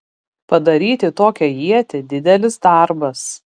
padaryti tokią ietį didelis darbas